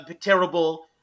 terrible